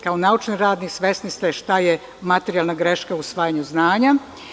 Kao naučni radnik svesni ste šta je materijalna greška u usvajanju znanja.